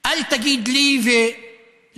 אל תגיד לי ולחבריי